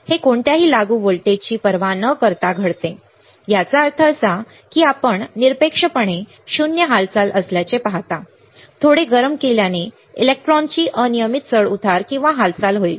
हे कोणत्याही लागू व्होल्टेजची पर्वा न करता घडते याचा अर्थ असा की आपण निरपेक्षपणे शून्य हालचाल असल्याचे पाहता थोडे गरम केल्याने इलेक्ट्रॉनची अनियमित चढउतार किंवा हालचाल होईल